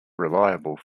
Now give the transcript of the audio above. reliable